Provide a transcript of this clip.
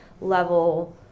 level